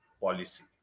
policy